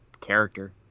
character